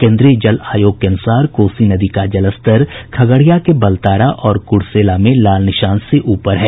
केन्द्रीय जल आयोग के अनुसार कोसी नदी का जलस्तर खगड़िया के बलतारा और कुर्सेला में लाल निशान से ऊपर है